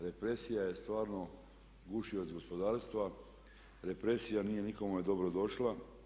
Represija je stvarno gušioc gospodarstva, represija nije nikome dobro došla.